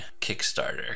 kickstarter